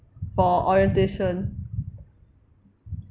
for orientation